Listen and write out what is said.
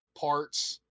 parts